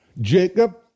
Jacob